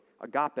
agape